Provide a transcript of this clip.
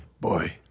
boy